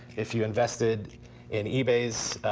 if you invested in ebay's